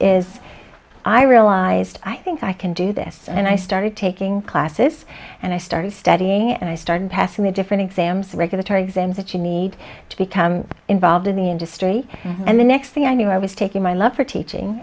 is i realized i think i can do this and i started taking classes and i started studying and i started passing the different exams regulatory exams that you need to become involved in the industry and the next thing i knew i was taking my love for teaching